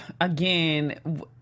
again